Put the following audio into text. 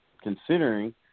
considering